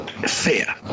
fair